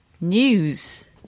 News